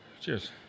Cheers